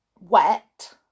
wet